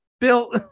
Bill